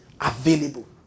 available